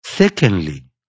Secondly